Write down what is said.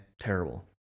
terrible